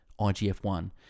IGF-1